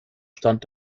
stand